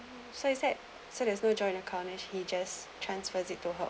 so is that so there's no joint account he just transfers it to her